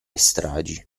stragi